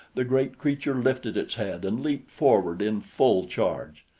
the great creature lifted its head and leaped forward in full charge.